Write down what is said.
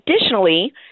Additionally